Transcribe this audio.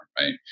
Right